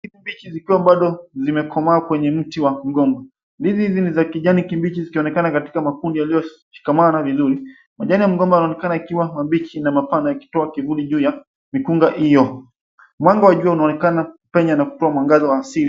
Ndizi mbichi zikiwa bado zimekomaa kwa mti wa migomba. Ndizi hizi ikionekana katika makundi yaliyo shikamana vizuri . Jani ya mgomba yanaonekana kuwa mabichi na mapana yakitoa kivuli juu ya mikunga hiyo. Mwanga wa jua unaonekana kupenyana kutoa mwangaza wa siri.